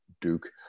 Duke